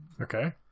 Okay